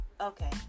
okay